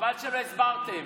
חבל שלא הסברתם.